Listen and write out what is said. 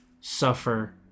suffer